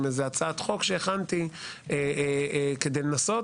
עם איזה הצעת חוק שהכנתי כדי לנסות